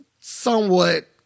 somewhat